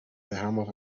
dejamos